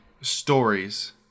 stories